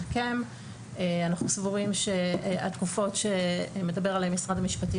אנחנו סבורים שהתקופות שמדבר עליהן משרד המשפטים